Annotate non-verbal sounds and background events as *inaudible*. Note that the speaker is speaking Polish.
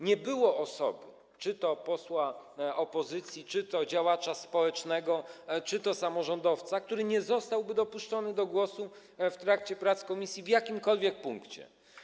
Nie było osoby, czy to posła opozycji, czy to działacza społecznego, czy to samorządowca, która nie zostałaby dopuszczona do głosu *applause* w trakcie prac komisji w jakimkolwiek punkcie.